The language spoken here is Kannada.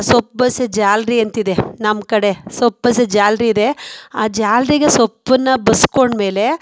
ಸೊಪ್ಪು ಬೇಯಿಸೋ ಜಾಲ್ರಿ ಅಂತಿದೆ ನಮ್ಮ ಕಡೆ ಸೊಪ್ಪು ಬೆಯಿಸೋ ಜಾಲ್ರಿ ಇದೆ ಆ ಜಾಲ್ರಿಗೆ ಸೊಪ್ಪನ್ನು ಬಸ್ಕೊಂಡ್ಮೇಲೆ